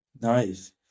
Nice